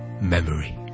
Memory